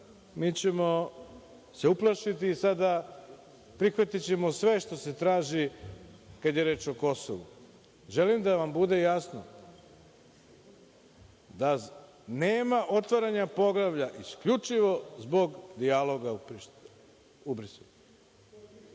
mi ćemo se uplašiti, prihvatićemo sve što se traži kada je reč o Kosovu. Želim da vam bude jasno da nema otvaranja poglavlja isključivo zbog dijaloga u